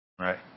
right